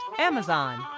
Amazon